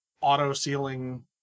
auto-sealing